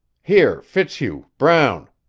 here fitzhugh, brown,